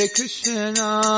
Krishna